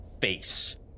face